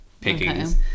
pickings